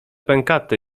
pękaty